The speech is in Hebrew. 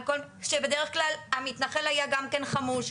שבדרך כלל המתנחל היה חמוש,